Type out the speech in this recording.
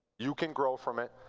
you can grow from it.